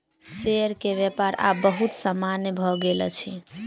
share के व्यापार आब बहुत सामान्य भ गेल अछि